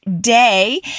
day